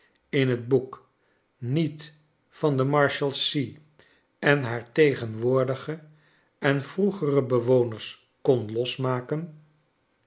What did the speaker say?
in het boek niet van de marshalsea en haar tegenwoordige en vroegere bewoners kon losmaken